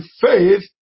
faith